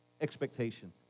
expectation